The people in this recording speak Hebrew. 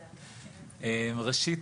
ראשית,